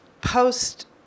post